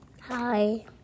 Hi